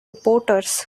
reporters